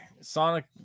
Sonic